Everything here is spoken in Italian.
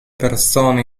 persone